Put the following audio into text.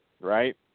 Right